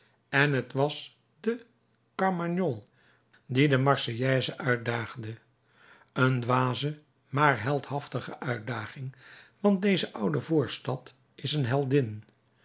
en t was de carmagnole die de marseillaise uitdaagde een dwaze maar heldhaftige uitdaging want deze oude voorstad is een heldin